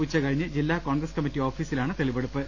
ഉച്ചകഴിഞ്ഞ് ജില്ലാ കോൺഗ്രസ് കമ്മിറ്റി ഓഫീസിലാണ് തെളിവെടുപ്പ്